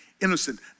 innocent